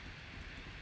mm